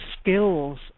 skills